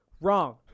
wrong